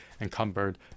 encumbered